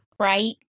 right